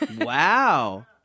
Wow